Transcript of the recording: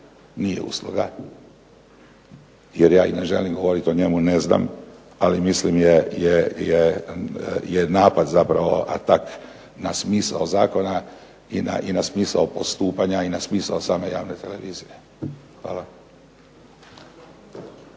nije usluga, jer ja i ne želim govoriti o njemu, ne znam, ali mislim je napad zapravo atak na smisao zakona i na smisao postupanja i na smisao same javne televizije. Hvala.